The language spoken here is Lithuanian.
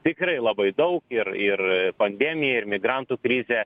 tikrai labai daug ir ir pandemiją ir migrantų krizę